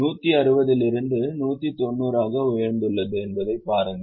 160 இல் இருந்து 190 ஆக உயர்ந்துள்ளது என்பதை பாருங்கள்